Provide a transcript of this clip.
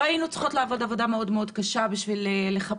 לא היינו צריכות לעבוד קשה כדי לחפש